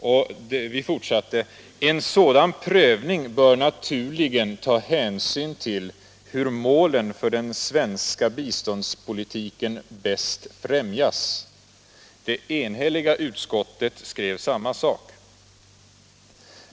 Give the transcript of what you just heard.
Och vi fortsatte: En sådan prövning bör naturligen ta hänsyn till hur målen för den svenska biståndspolitiken bäst främjas. Det enhälliga utskottet skrev samma sak.